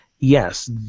Yes